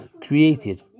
created